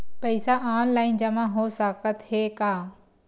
पईसा ऑनलाइन जमा हो साकत हे का?